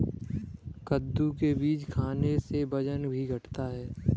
कद्दू के बीज खाने से वजन भी घटता है